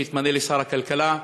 שהתמנה לשר הכלכלה,